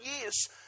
years